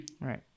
Right